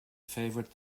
favored